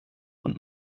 und